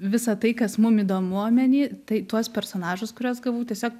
visa tai kas mum įdomu omeny tai tuos personažus kuriuos gavau tiesiog